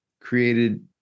created